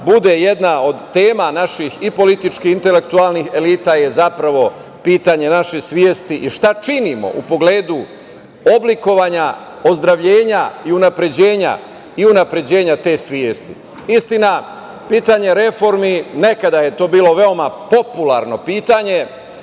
bude jedna od tema naših i političkih intelektualnih elita je zapravo pitanje naše svesti i šta činimo u pogledu oblikovanja ozdravljenja i unapređenja te svesti. Istina, pitanje reformi, nekada je to bilo veoma popularno pitanje,